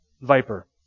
viper